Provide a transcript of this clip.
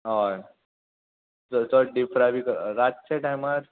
हय चड deep fry बी कर रातच्या टायमार